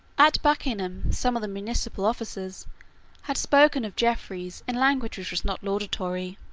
at buckingham some of the municipal officers had spoken of jeffreys in language which was not laudatory.